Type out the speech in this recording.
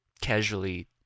casually